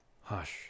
Hush